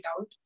out